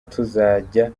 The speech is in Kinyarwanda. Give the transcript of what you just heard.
tuzajya